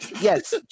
yes